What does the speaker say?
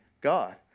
God